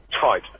tight